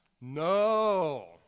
No